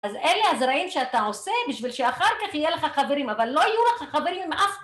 אז אלה הזרעים שאתה עושה בשביל שאחר כך יהיה לך חברים, אבל לא יהיו לך חברים אם אף